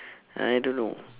I don't know